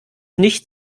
nicht